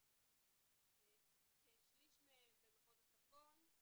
כשליש מהם במחוז הצפון,